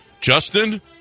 Justin